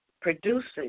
produces